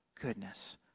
goodness